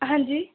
ਹਾਂਜੀ